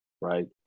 Right